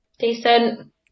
Decent